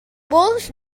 boss